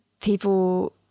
people